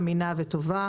אמינה וטובה